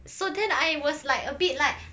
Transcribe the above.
so then I was like a bit like